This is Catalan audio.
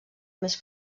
més